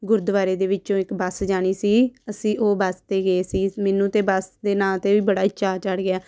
ਗੁਰਦੁਆਰੇ ਦੇ ਵਿੱਚੋਂ ਇੱਕ ਬੱਸ ਜਾਣੀ ਸੀ ਅਸੀਂ ਉਹ ਬੱਸ 'ਤੇ ਗਏ ਸੀ ਮੈਨੂੰ ਤਾਂ ਬੱਸ ਦੇ ਨਾਂ 'ਤੇ ਵੀ ਬੜਾ ਹੀ ਚਾਅ ਚੜ੍ਹ ਗਿਆ